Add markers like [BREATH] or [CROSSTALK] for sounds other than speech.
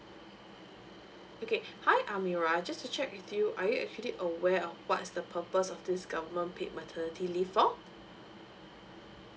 okay [BREATH] hi amirah just to check with you are you actually aware of what's the purpose of this government paid maternity leave for